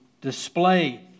display